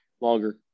longer